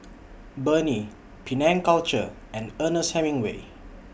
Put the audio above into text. Burnie Penang Culture and Ernest Hemingway